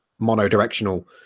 monodirectional